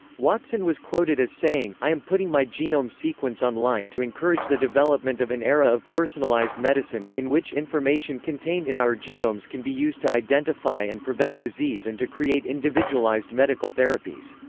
watson was quoted as saying, i am putting my genome sequence on line to encourage the development of an era of personalized medicine, in which information contained in our genomes can be used to identify and prevent disease and to create individualized medical therapies.